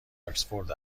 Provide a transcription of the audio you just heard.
آکسفورد